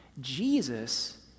Jesus